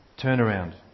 turnaround